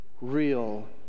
real